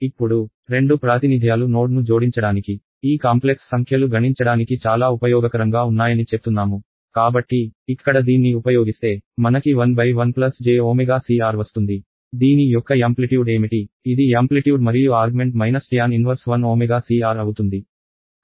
ఇప్పుడు రెండు ప్రాతినిధ్యాలు నోడ్ ను జోడించడానికి ఈ కాంప్లెక్స్ సంఖ్యలు గణించడానికి చాలా ఉపయోగకరంగా ఉన్నాయని చెప్తున్నాము కాబట్టి ఇక్కడ దీన్ని ఉపయోగిస్తే మనకి 1 1 j ω CR వస్తుంది దీని యొక్క యాంప్లిట్యూడ్ ఏమిటి ఇది యాంప్లిట్యూడ్ మరియు ఆర్గ్మెంట్ tan 1ωCR అవుతుంది